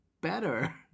better